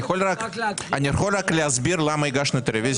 נשמח לדעת אם נסגר דיל.